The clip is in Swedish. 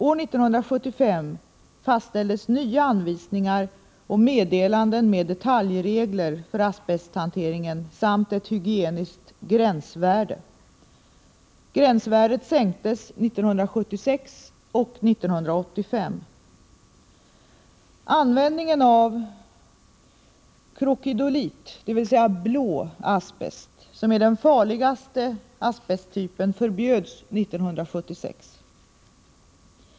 År 1975 fastställdes nya anvisningar och meddelanden med detaljregler för asbesthanteringen samt ett hygieniskt gränsvärde. Gränsvärdet sänktes 1976 och 1985. Användningen av krokidolit, dvs. blå asbest, som är den farligaste asbesttypen förbjöds 1976.